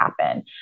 happen